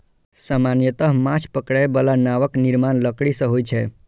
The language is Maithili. सामान्यतः माछ पकड़ै बला नावक निर्माण लकड़ी सं होइ छै